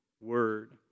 word